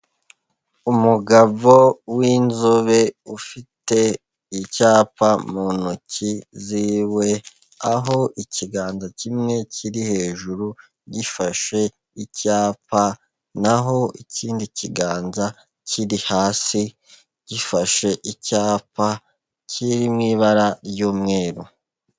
Umugabo w'inzobe ufite icyapa mu ntoki ziwe, aho ikiganza kimwe kiri hejuru gifashe icyapa, naho ikindi kiganza kiri hasi gifashe icyapa kiri mu ibara ry'umweru.